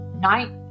night